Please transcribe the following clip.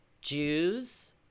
Jews